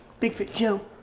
bigfoot joe.